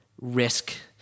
risk